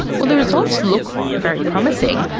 well, the results look very promising,